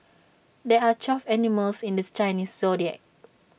there are twelve animals in this Chinese Zodiac